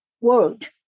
world